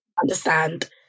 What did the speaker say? understand